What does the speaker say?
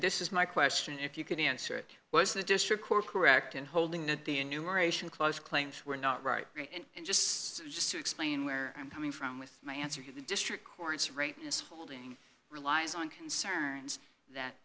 this is my question if you can answer it was the district correct in holding that the enumeration close claims were not right and just so just to explain where i'm coming from with my answer to the district court's rate is folding relies on concerns that